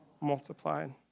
multiplied